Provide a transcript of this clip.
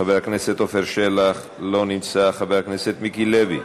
חבר הכנסת עפר שלח, לא נמצא, חבר הכנסת מיקי לוי,